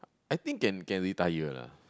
I think can can retire lah